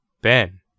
Ben